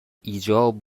ایجاب